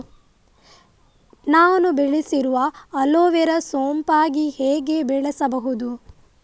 ನಾನು ಬೆಳೆಸಿರುವ ಅಲೋವೆರಾ ಸೋಂಪಾಗಿ ಹೇಗೆ ಬೆಳೆಸಬಹುದು?